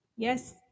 Yes